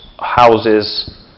houses